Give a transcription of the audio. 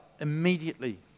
immediately